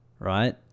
Right